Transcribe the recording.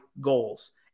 goals